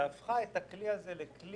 היא הפכה את הכלי הזה לכלי